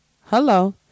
Hello